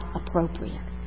appropriate